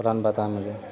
plan بتائیں مجھے